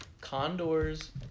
condors